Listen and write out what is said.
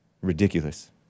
Ridiculous